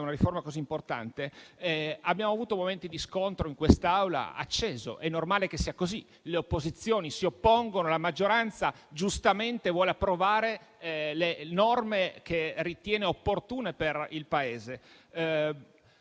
una riforma così importante - abbiamo avuto momenti di acceso scontro in quest'Aula ed è normale che sia così. Le opposizioni si oppongono e la maggioranza giustamente vuole approvare le norme che ritiene opportune per il Paese.